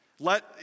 Let